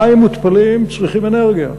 מים מותפלים צריכים אנרגיה,